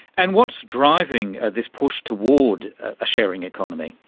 and what's driving this push toward a sharing economy?